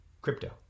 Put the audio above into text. crypto